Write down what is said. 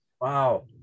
wow